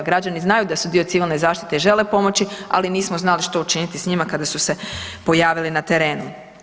Građani znaju da su dio civilne zaštite i žele pomoći, ali nismo znali što učiniti s njima kada su se pojavili na terenu.